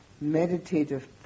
meditative